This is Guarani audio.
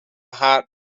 ha